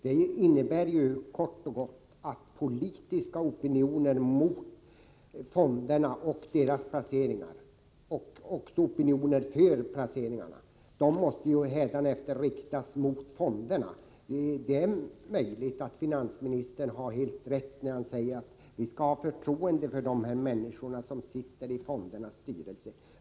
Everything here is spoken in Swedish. Det innebär kort och gott att politiska opinioner mot fonderna och deras placeringar men också opinioner för olika placeringar hädanefter måste riktas mot fonderna. Det är möjligt att finansministern har helt rätt när han säger att vi skall ha förtroende för de människor som sitter i fondernas styrelser.